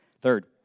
Third